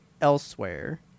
elsewhere